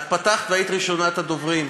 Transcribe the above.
את פתחת והיית ראשונת הדוברים,